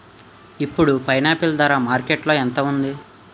ఇప్పుడు పైనాపిల్ ధర మార్కెట్లో ఎంత ఉంది?